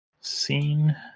Scene